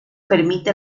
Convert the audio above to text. permite